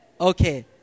Okay